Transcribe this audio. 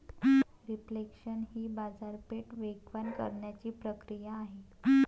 reflation ही बाजारपेठ वेगवान करण्याची प्रक्रिया आहे